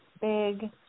big